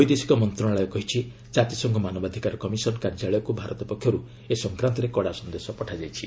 ବୈଦେଶିକ ମନ୍ତ୍ରଣାଳୟ କହିଛି ଜାତିସଂଘ ମାନବାଧିକାର କମିଶନ କାର୍ଯ୍ୟାଳୟକୁ ଭାରତ ପକ୍ଷରୁ ଏ ସଂକ୍ରାନ୍ତରେ କଡା ସନ୍ଦେଶ ପଠାଯାଇଛି